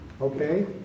Okay